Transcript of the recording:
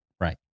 Right